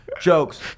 jokes